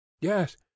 Yes